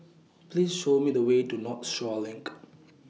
Please Show Me The Way to Northshore LINK